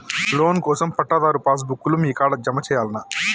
Loan కోసం పట్టాదారు passbook లు మీ కాడా జమ చేయల్నా?